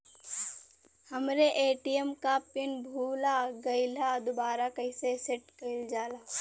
हमरे ए.टी.एम क पिन भूला गईलह दुबारा कईसे सेट कइलजाला?